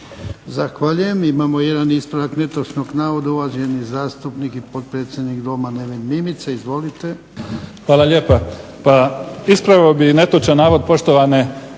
Zahvaljujem. Imamo jedan ispravak netočnog navoda, uvaženi zastupnik i potpredsjednik Doma Neven Mimica. Izvolite. **Mimica, Neven (SDP)** Hvala lijepa. Pa ispravio bih netočan navod poštovane